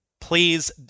Please